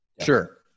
sure